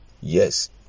Yes